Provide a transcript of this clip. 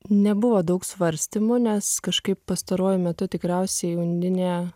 nebuvo daug svarstymų nes kažkaip pastaruoju metu tikriausiai undinė